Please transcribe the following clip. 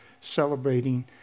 celebrating